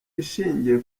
ishingiye